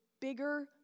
bigger